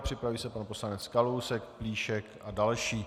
Připraví se pan poslanec Kalousek, Plíšek a další.